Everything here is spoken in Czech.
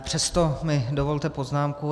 Přesto mi dovolte poznámku.